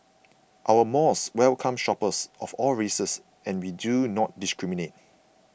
our malls welcome shoppers of all races and we do not discriminate